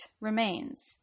remains